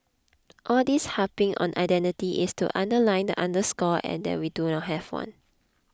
all this harping on identity is to underline and underscore and that we do not have one